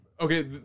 Okay